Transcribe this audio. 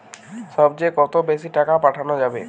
সব চেয়ে কত বেশি টাকা পাঠানো যাবে?